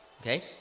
okay